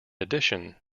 addition